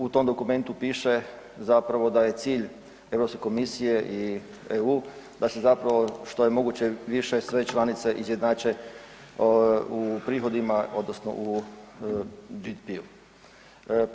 U tom dokumentu piše zapravo da je cilj Europske komisije i EU da se zapravo što je moguće više sve članice izjednače u prihodima, odnosno u BDP-u.